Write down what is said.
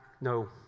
no